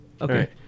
Okay